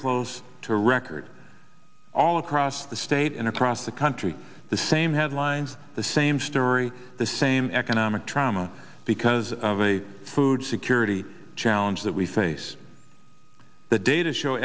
close to record all across the state and across the country the same headlines the same story the same economic trauma because of a food security challenge that we face the data show